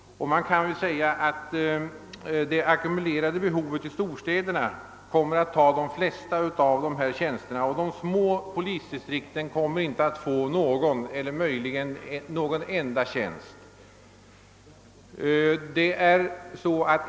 Man kan väl säga att det ackumulerade behovet i storstäderna kommer att kräva de flesta av dessa tjänster, medan de små polisdistrikten får ingen eller möjligen någon enda tjänst.